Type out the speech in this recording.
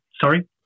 sorry